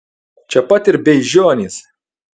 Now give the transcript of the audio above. čia pat ir beižionys